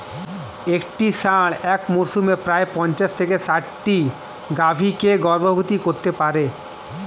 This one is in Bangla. একটি ষাঁড় এক মরসুমে প্রায় পঞ্চাশ থেকে ষাটটি গাভী কে গর্ভবতী করতে পারে